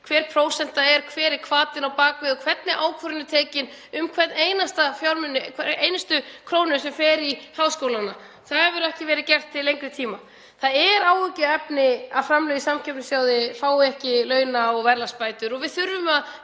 hver prósentan er, hver hvatinn er á bak við og hvernig ákvörðun er tekin um hverja einustu krónu sem fer í háskólana. Það hefur ekki verið gert til lengri tíma. Það er áhyggjuefni að framlög í samkeppnissjóði fái ekki launa- og verðlagsbætur og við þurfum að